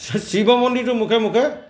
শিৱ মন্দিৰটোৰ মুখে মুখে